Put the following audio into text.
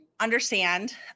Understand